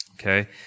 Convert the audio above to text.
okay